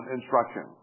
instruction